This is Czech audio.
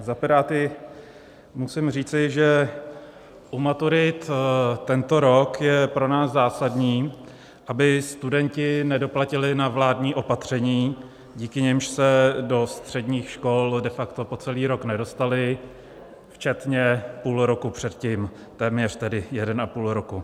Za Piráty musím říci, že u maturit tento rok je pro nás zásadní, aby studenti nedoplatili na vládní opatření, díky nimž se do středních škol de facto po celý rok nedostali, včetně půl roku předtím, téměř tedy 1,5 roku.